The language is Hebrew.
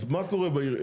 אז מה קורה בעיר?